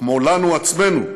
כמו לנו עצמנו,